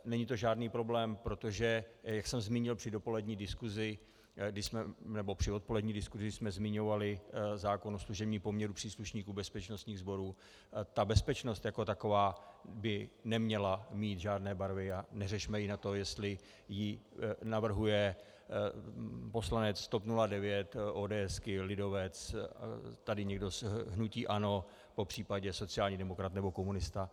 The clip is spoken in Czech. Není to žádný problém, protože jak jsem zmínil při dopolední diskuzi, nebo při odpolední diskuzi, kdy jsme zmiňovali zákon o služebním poměru příslušníků bezpečnostních sborů, bezpečnost jako taková by neměla mít žádné barvy a neřešme, jestli ji navrhuje poslanec TOP 09, ODS, lidovec, tady někdo z hnutí ANO, popř. sociální demokrat nebo komunista.